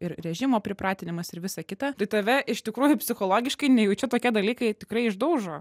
ir režimo pripratinimas ir visa kita tai tave iš tikrųjų psichologiškai nejučia tokie dalykai tikrai išdaužo